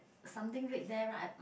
something red there right